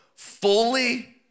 fully